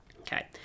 Okay